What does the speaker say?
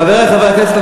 חברי חברי הכנסת,